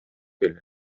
эле